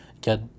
get